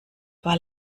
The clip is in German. war